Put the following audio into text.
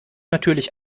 natürlich